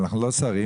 אבל אנחנו לא שרים,